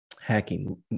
hacking